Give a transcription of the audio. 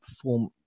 form